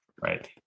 right